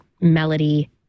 melody